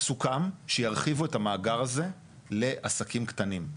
סוכם שירחיבו את המאגר הזה לעסקים קטנים.